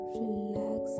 relax